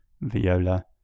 Viola